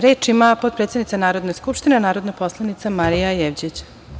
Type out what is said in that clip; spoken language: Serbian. Reč ima potpredsednica Narodne skupštine, narodna poslanica Marija Jevđić.